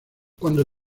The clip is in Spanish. cuando